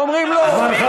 לא,